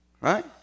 Right